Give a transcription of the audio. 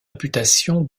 imputation